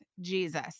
Jesus